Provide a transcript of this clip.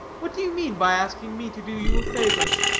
what do you mean by asking me to do you a favor?